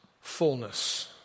fullness